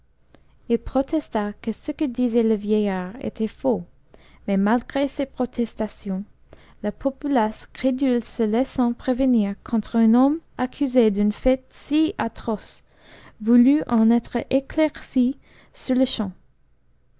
il protesta que ce que disait le vieillard était faux mais malgré ses protestations la populace crédule se laissant prévenir contre un homme accusé d'un fait si atroce voulut en être éclaircie surle-champ